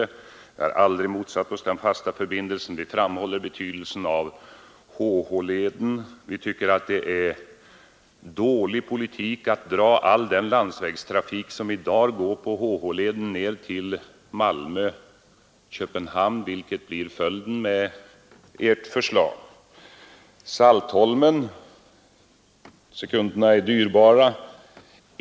Vi har aldrig motsatt oss den fasta förbindelsen, vi framhåller betydelsen av HH-tunneln. Vi tycker att det är dålig politik att dra all den landsvägstrafik som i dag går på HH-leden ner till Malmö—Köpenhamn, vilket blir följden av ert förslag.